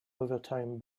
overtime